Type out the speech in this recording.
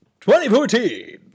2014